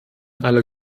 alle